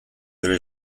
there